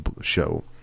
show